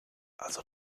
also